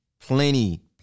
Plenty